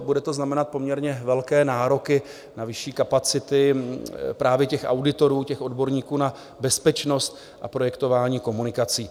Bude to znamenat poměrně velké nároky na vyšší kapacity právě auditorů, odborníků na bezpečnost a projektování komunikací.